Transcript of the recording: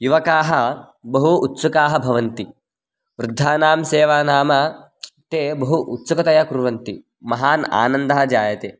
युवकाः बहु उत्सुकाः भवन्ति वृद्धानां सेवा नाम ते बहु उत्सुकतया कुर्वन्ति महान् आनन्दः जायते